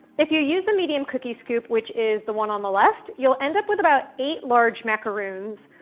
if you use a medium cookie scoop, which is the one on the left, you'll end up with about eight large macaroons,